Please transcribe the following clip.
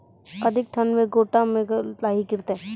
अधिक ठंड मे गोटा मे लाही गिरते?